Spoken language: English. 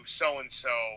so-and-so